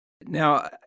Now